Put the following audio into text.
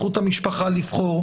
זכות המשפחה לבחור,